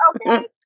Okay